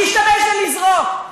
להשתמש ולזרוק.